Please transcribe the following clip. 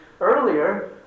earlier